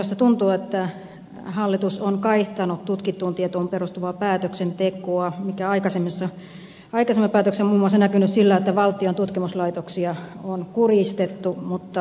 minusta tuntuu että hallitus on kaihtanut tutkittuun tietoon perustuvaa päätöksentekoa mikä on näkynyt aikaisemmissa päätöksissä muun muassa siinä että valtion tutkimuslaitoksia on kurjistettu